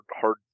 hard